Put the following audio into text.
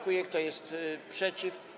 Kto jest przeciw?